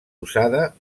usada